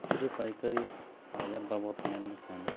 ᱠᱷᱩᱪᱨᱟᱹ ᱯᱟᱭᱠᱟᱨᱤ ᱵᱟᱡᱟᱨ ᱵᱟᱵᱚᱫ ᱢᱮᱱ ᱞᱮᱠᱷᱟᱱ